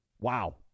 Wow